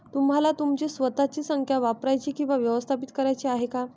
तुम्हाला तुमची स्वतःची संख्या वापरायची किंवा व्यवस्थापित करायची आहे का?